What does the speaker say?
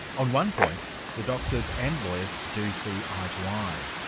on one point the doctors and lawyers do see eye to eye.